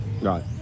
Right